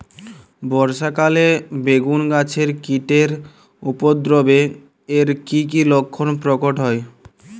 বর্ষা কালে বেগুন গাছে কীটের উপদ্রবে এর কী কী লক্ষণ প্রকট হয়?